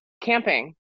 Camping